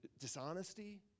dishonesty